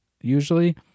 usually